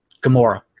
gamora